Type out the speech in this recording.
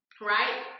Right